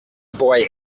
boy